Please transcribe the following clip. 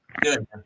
Good